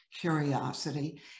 curiosity